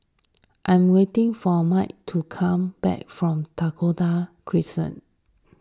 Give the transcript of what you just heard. I'm waiting for Mikel to come back from Dakota Crescent